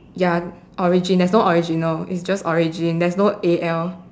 ya origin there's no original it's just origin there's no A L